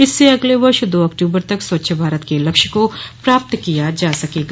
इससे अगले वर्ष दो अक्टूबर तक स्वच्छ भारत के लक्ष्य को प्राप्त किया जा सकेगा